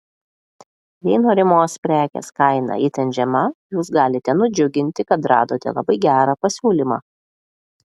jei norimos prekės kaina itin žema jūs galite nudžiugti kad radote labai gerą pasiūlymą